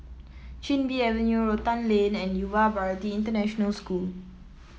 Chin Bee Avenue Rotan Lane and Yuva Bharati International School